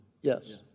Yes